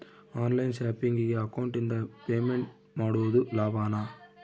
On line ಶಾಪಿಂಗಿಗೆ ಅಕೌಂಟಿಂದ payment ಮಾಡೋದು ಲಾಭಾನ?